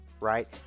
right